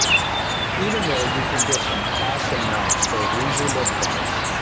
even though you can get some awesome mics for a reasonable price.